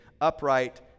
upright